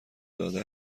داده